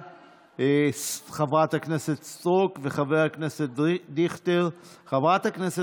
עברה בקריאה ראשונה ותועבר להמשך דיון בוועדת העבודה